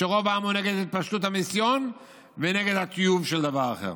שרוב העם הוא נגד התפשטות המיסיון ונגד התיעוב של דבר אחר.